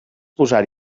posar